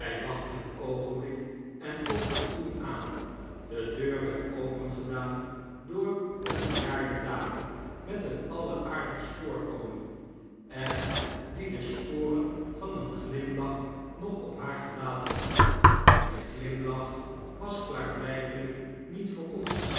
een oogenblik en klopten toen aan de deur werd opengedaan door eene bejaarde dame met een alleraardigst voorkomen en die de sporen van een glimlach nog op haar gelaat had die glimlach was klaarblykelijk niet voor ons bestemd